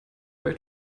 way